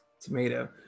tomato